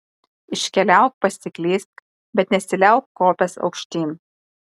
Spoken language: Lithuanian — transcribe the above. iškeliauk pasiklysk bet nesiliauk kopęs aukštyn